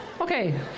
Okay